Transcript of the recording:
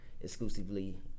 exclusively